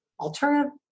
alternative